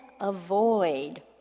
avoid